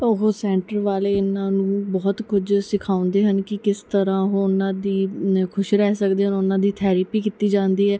ਉਹ ਸੈਂਟਰ ਵਾਲੇ ਇਹਨਾਂ ਨੂੰ ਬਹੁਤ ਕੁਝ ਸਿਖਾਉਂਦੇ ਹਨ ਕਿ ਕਿਸ ਤਰ੍ਹਾਂ ਉਹਨਾਂ ਦੀ ਨ ਖੁਸ਼ ਰਹਿ ਸਕਦੇ ਹਨ ਉਹਨਾਂ ਦੀ ਥੈਰੀਪੀ ਕੀਤੀ ਜਾਂਦੀ ਹੈ